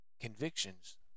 convictions